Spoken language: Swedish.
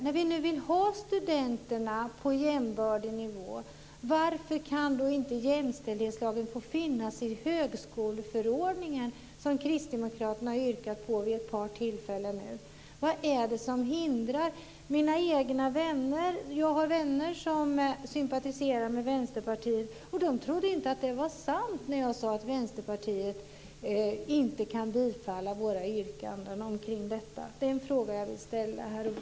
När vi nu vill ha studenterna på jämbördig nivå - varför kan då inte jämställdhetslagen få finnas i högskoleförordningen? Kristdemokraterna har yrkat på det vid ett par tillfällen nu. Vad är det som hindrar? Jag har vänner som sympatiserar med Vänsterpartiet. De trodde inte att det var sant när jag sade att Vänsterpartiet inte kan bifalla våra yrkanden omkring detta. Det är en fråga som jag vill ställa, herr talman.